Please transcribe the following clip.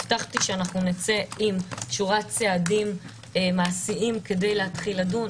הבטחתי שנצא עם שורת צעדים מעשיים כדי להתחיל לדון,